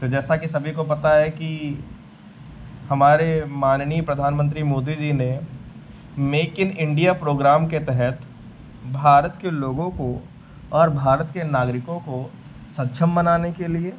तो जैसा कि सभी को पता है कि हमारे माननीय प्रधानमन्त्री मोदी जी ने मेक इन इण्डिया प्रोग्राम के तहत भारत के लोगों को और भारत के नागरिकों को सक्षम बनाने के लिए